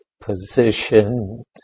positioned